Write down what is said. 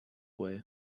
way